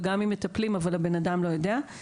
וגם אם מטפלים אבל האדם לא יודע.